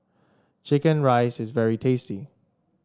chicken rice is very tasty